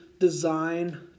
design